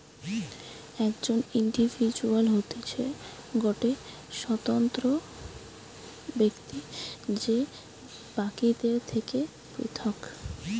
একজন ইন্ডিভিজুয়াল হতিছে গটে স্বতন্ত্র ব্যক্তি যে বাকিদের থেকে পৃথক